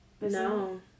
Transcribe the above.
No